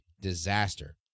disaster